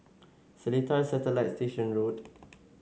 Seletar Satellite Station Road